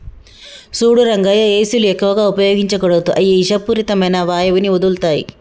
సూడు రంగయ్య ఏసీలు ఎక్కువగా ఉపయోగించకూడదు అయ్యి ఇషపూరితమైన వాయువుని వదులుతాయి